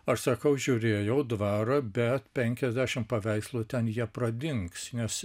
aš sakau žiūrėjau dvaro bet penkiasdešimt paveikslų ten jie pradings nes